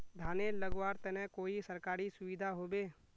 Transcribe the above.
धानेर लगवार तने कोई सरकारी सुविधा होबे?